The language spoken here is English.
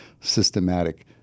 systematic